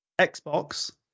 Xbox